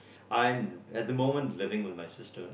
I'm at the moment living with my sister